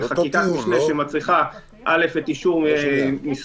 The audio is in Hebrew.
זאת חקיקת משנה שמצריכה גם את אישור משרד